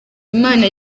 imana